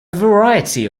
variety